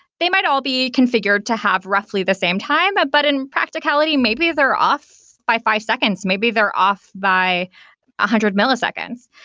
they might all be configured to have roughly the same time. but but in practicality, maybe they're off five seconds. maybe they're off by ah hundred milliseconds.